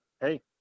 hey